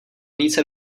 více